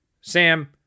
Sam